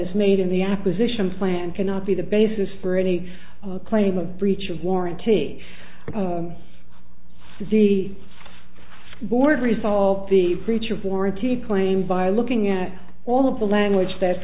is made in the acquisition plan cannot be the basis for any claim of breach of warranty says the board resolve the breach of warranty claim via looking at all of the language that